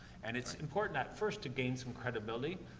and it's important at first to gain some credibility,